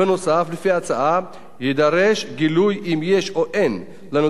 לפי ההצעה יידרש גילוי אם יש או אין לנותן השירותים